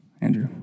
Andrew